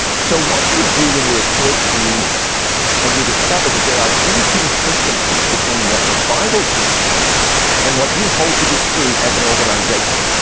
so what do you do when you're a church leader and you discover that there are inconsistencies between what the bible teaches and what you hold to be true as an organization?